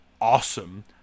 awesome